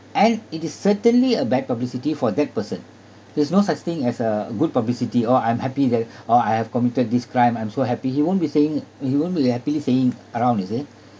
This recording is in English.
and it is certainly a bad publicity for that person there's no such thing as a good publicity oh I'm happy that oh I have committed this crime I'm so happy he won't be saying he won't be happily saying around is it